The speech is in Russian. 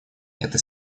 этой